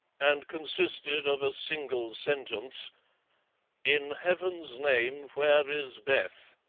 and consisted of a single sentence in heaven's name, where is beth?